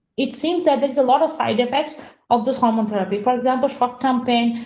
it seems that there's a lot of side effects of this hormone therapy, for example, short term, pain,